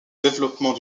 développement